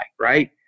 right